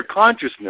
consciousness